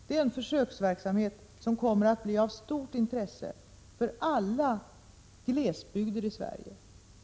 Det är en försöksverksamhet som kommer att bli av stort intresse för alla glesbygder i Sverige.